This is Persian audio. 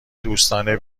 دوستانه